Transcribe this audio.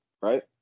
right